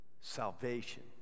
salvation